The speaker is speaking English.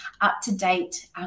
up-to-date